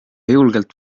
julgelt